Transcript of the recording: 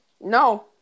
No